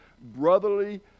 brotherly